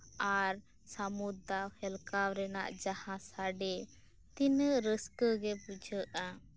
ᱟᱨ ᱥᱟᱹᱢᱩᱫᱽ ᱫᱟᱜ ᱦᱮᱞᱠᱟᱣ ᱨᱮᱱᱟᱜ ᱡᱟᱦᱟᱸ ᱥᱟᱰᱮ ᱛᱤᱱᱟᱹᱜ ᱨᱟᱹᱥᱠᱟᱹᱜᱮ ᱵᱩᱡᱷᱟᱹᱜᱼᱟ